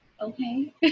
okay